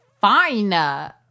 Fine